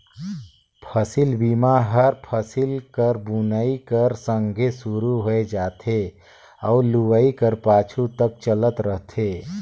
फसिल बीमा हर फसिल कर बुनई कर संघे सुरू होए जाथे अउ लुवई कर पाछू तक चलत रहथे